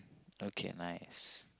okay nice